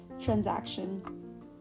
transaction